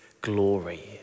glory